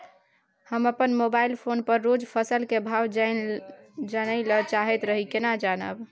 हम अपन mobile phone पर रोज फसल के भाव जानय ल चाहैत रही केना जानब?